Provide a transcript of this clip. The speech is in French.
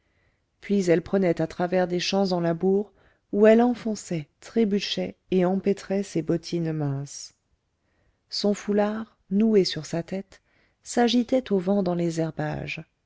puis elle prenait à travers des champs en labour où elle enfonçait trébuchait et empêtrait ses bottines minces son foulard noué sur sa tête s'agitait au vent dans les herbages